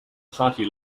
party